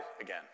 again